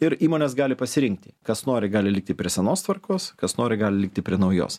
ir įmonės gali pasirinkti kas nori gali likti prie senos tvarkos kas nori gali likti prie naujos